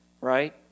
right